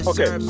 Okay